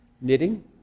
Knitting